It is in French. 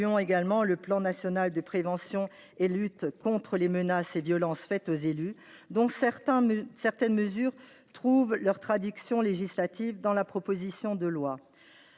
Nous saluons également le plan national de prévention et de lutte contre les menaces et violences faites aux élus, dont certaines mesures trouvent leur traduction législative dans la présente proposition de loi.